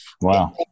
Wow